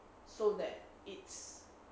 so that it's